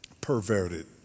perverted